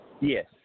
Yes